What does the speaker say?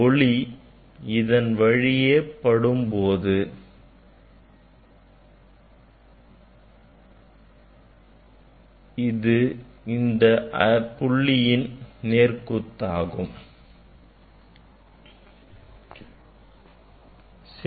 ஒளி இதன் வழியே படும் போது இது இந்த புள்ளியின் நேர் குத்தாக்கும்